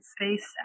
space